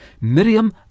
Miriam